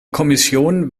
kommission